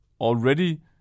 already